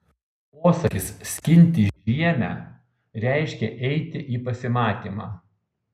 posakis skinti žiemę reiškė eiti į pasimatymą